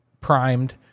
primed